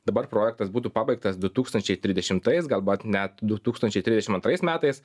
dabar projektas būtų pabaigtas du tūkstančiai tridešimtais galbat net du tūkstančiai trisdešim antrais metais